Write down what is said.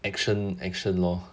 action action lor